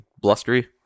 blustery